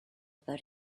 about